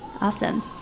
Awesome